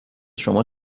شما